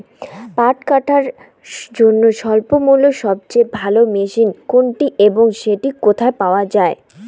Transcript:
পাট কাটার জন্য স্বল্পমূল্যে সবচেয়ে ভালো মেশিন কোনটি এবং সেটি কোথায় পাওয়া য়ায়?